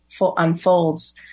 unfolds